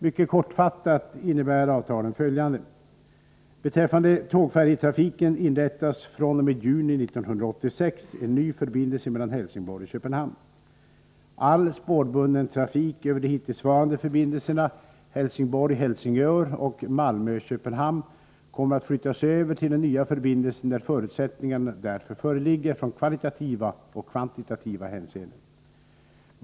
Mycket kortfattat innebär avtalen följande. kommer att flyttas över till den nya förbindelsen när förutsättningarna därför föreligger i kvalitativa och kvantitativa hänseenden.